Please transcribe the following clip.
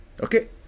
okay